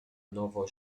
nowo